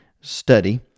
study